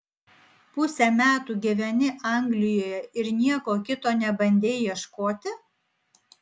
pusę metų gyveni anglijoje ir nieko kito nebandei ieškoti